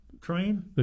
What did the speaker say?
train